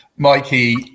Mikey